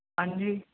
ਹਾਂਜੀ